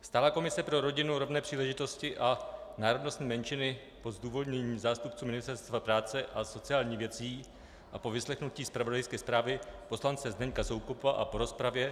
Stálá komise pro rodinu, rovné příležitosti a národnostní menšiny po zdůvodnění zástupců Ministerstva práce a sociálních věcí a po vyslechnutí zpravodajské zprávy poslance Zdeňka Soukupa a po rozpravě